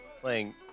playing